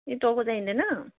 ए टाउको चाहिँदैन